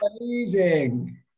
amazing